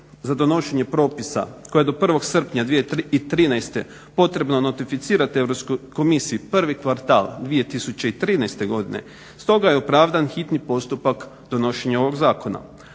za donošenje propisa koje je do 1. srpnja 2013. potrebno notificirati Europskoj komisiji, prvi kvartal 2013. godine, stoga je opravdan hitni postupak donošenja ovog zakona.